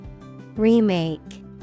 Remake